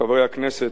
חברי הכנסת,